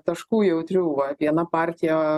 taškų jautrių va viena partija